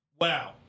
Wow